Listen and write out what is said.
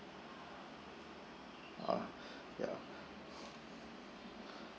ah ya